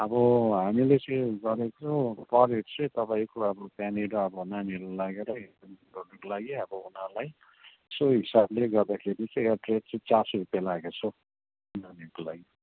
अब हामीले चाहिँ गरेको अब पर हेड चाहिँ तपाईँको अब त्यहाँनिर अब नानीहरूलाई लगेर अब कम्ती गर्नुको लागि अब उनीहरूलाई त्यही हिसाबले गर्दाखेरि चाहिँ पर हेड चाहिँ चार सौ रुपियाँ लागेछ हौ नानीहरूको लागि